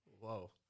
Whoa